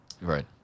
Right